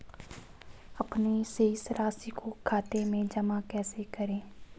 अपने शेष राशि को खाते में जमा कैसे करें?